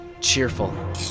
cheerful